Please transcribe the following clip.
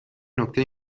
نکته